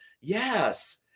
Yes